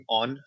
on